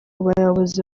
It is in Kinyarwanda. bayobozi